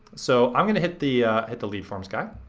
so i'm gonna hit the hit the lead forms guy,